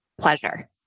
pleasure